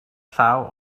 llaw